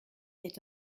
est